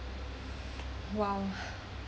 !wow!